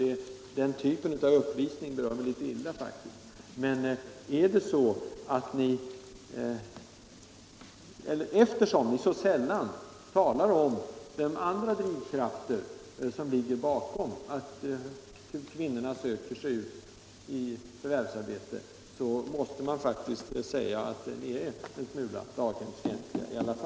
Den typen av uppvisning har ett begränsat värde. Eftersom ni så sällan talar om de andra drivkrafter som ligger bakom att kvinnorna söker sig ut i förvärvsarbete, får ni finna er i att anses vara en smula daghemsfientliga.